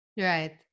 Right